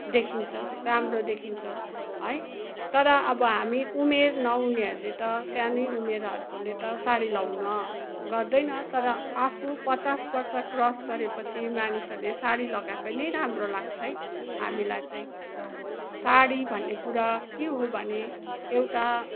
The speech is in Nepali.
देखिन्छ राम्रो देखिन्छ है तर अब हामी उमेर नहुनेहरूले त सानै उमेरकाले त साडी लगाउन गर्दैन तर आफू पचास वर्ष क्रस गरेपछि मनिसहरूले साडी लगाएको नै राम्रो लाग्छ है हामीलाई चाहिँ साडी भन्ने कुरा के हो भने एउटा